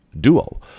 duo